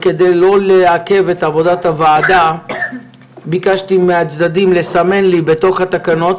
כדי לא לעכב את עבודת הוועדה ביקשתי מהצדדים לסמן לי בתוך התקנות